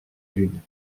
lune